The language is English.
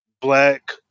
black